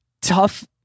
tough